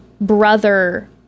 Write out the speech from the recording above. brother